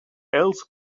else